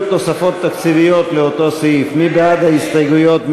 מי בעד הסעיף?